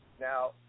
now